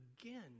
again